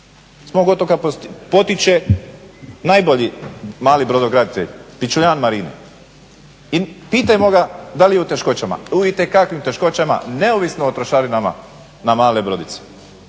S mog otoka potječe najbolji mali brodograditelj Pičuljan Marin i pitajmo ga da li je u teškoćama? U itekakvim teškoćama, neovisno o trošarinama na male brodice.